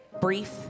brief